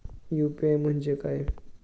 UPI म्हणजे काय?